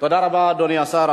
תודה רבה, אדוני השר.